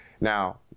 now